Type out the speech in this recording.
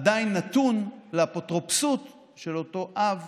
עדיין נתון לאפוטרופסות של אותו אב